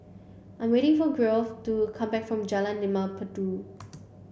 I'm waiting for Geoff to come back from Jalan Limau Purut